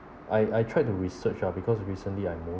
I I tried to research ah because recently I know